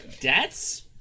debts